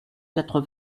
quatre